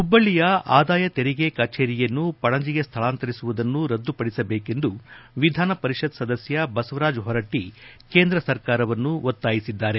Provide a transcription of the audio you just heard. ಹುಬ್ಬಳ್ಳಿಯ ಆದಾಯ ತೆರಿಗೆ ಕಕಚೇರಿಯನ್ನು ಪಣಜಿಗೆ ಸ್ಥಳಾಂತರಿಸಿರುವುದನ್ನು ರದ್ದುಪಡಿಸಬೇಕೆಂದು ವಿಧಾನ ಪರಿಷತ್ ಸದಸ್ಯ ಬಸವರಾಜ ಹೊರಟ್ಟಿ ಕೇಂದ್ರ ಸರ್ಕಾರವನ್ನು ಒತ್ತಾಯಿಸಿದ್ದಾರೆ